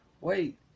wait